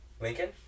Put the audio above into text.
Lincoln